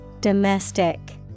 Domestic